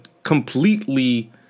completely